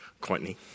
Courtney